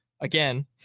again